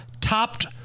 topped